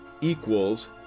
equals